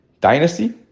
Dynasty